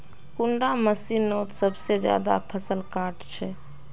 कुंडा मशीनोत सबसे ज्यादा फसल काट छै?